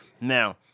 Now